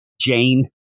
Jane